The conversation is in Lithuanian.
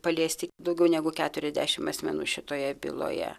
paliesti daugiau negu keturiasdešimt asmenų šitoje byloje